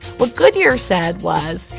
what goodyear said was,